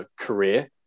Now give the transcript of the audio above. career